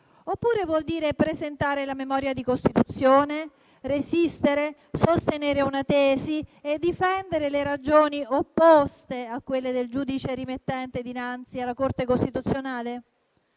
oppure vuol dire presentare la memoria di costituzione, resistere, sostenere una tesi e difendere le ragioni opposte a quelle del giudice rimettente dinanzi alla Corte costituzionale?